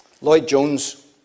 Lloyd-Jones